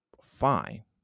fine